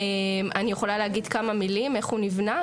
אני יכולה להגיד כמה מילים, איך הוא ניבנה?